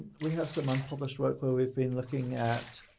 we have some unpublished work where we've been looking at